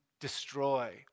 destroy